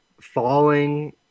Falling